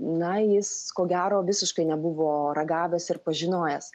na jis ko gero visiškai nebuvo ragavęs ir pažinojęs